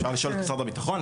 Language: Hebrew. אפשר לשאול את משרד הביטחון,